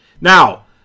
Now